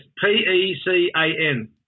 P-E-C-A-N